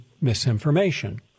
misinformation